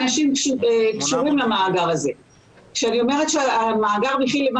בפרט אותם ילדים קטנים שלצערנו לא שפר עליהם גורלם והם צריכים לבוא